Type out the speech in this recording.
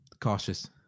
Cautious